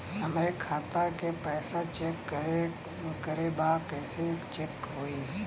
हमरे खाता के पैसा चेक करें बा कैसे चेक होई?